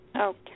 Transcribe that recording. Okay